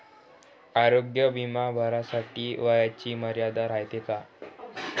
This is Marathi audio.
आरोग्य बिमा भरासाठी वयाची मर्यादा रायते काय?